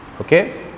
okay